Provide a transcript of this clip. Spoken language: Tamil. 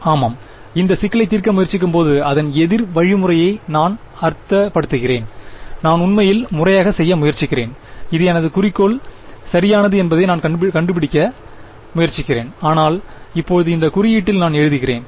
ஆமாம் நான் இந்த சிக்கலை தீர்க்க முயற்சிக்கும்போது அதன் எதிர் வழிமுறையை நான் அர்த்தப்படுத்துகிறேன் நான் உண்மையில் முறையாக செய்ய முயற்சிக்கிறேன் இது எனது குறிக்கோள் சரியானது என்பதை நான் கண்டுபிடிக்க முயற்சிக்கிறேன் ஆனால் இப்போது இந்த குறியீட்டில் இதை எழுதுகிறேன்